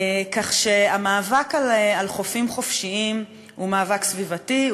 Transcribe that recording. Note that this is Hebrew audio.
כך שהמאבק על חופים חופשיים הוא מאבק סביבתי,